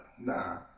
nah